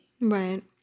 right